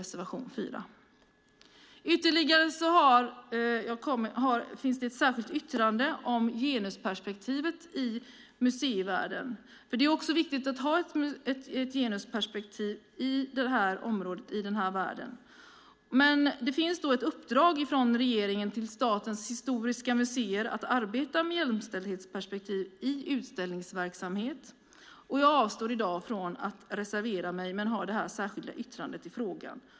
Vidare finns det ett särskilt yttrande om genusperspektivet i museivärlden. Det är viktigt att ha ett genusperspektiv på detta område och i denna värld. Det finns ett uppdrag från regeringen till statens historiska museer att arbeta med jämställdhetsperspektiv i utställningsverksamhet. Jag avstår i dag från att reservera mig men har detta särskilda yttrande i frågan.